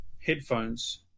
headphones